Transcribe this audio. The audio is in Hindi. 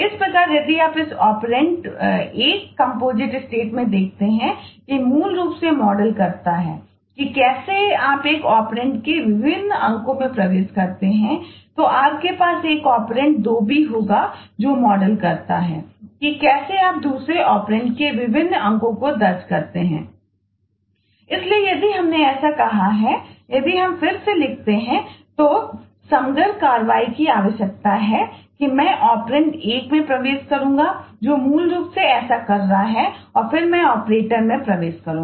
इस प्रकार यदि आप इस ऑपरेंड में प्रवेश करूंगा